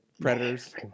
Predators